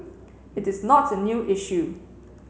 it is not a new issue